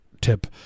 tip